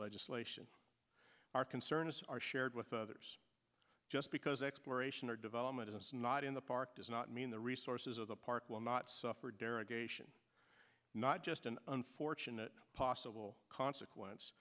legislation our concern is our share with others just because exploration or development is not in the park does not mean the resources of the park will not suffer derogation not just an unfortunate possible consequence